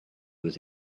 was